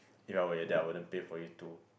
in a way that I wouldn't pay for you too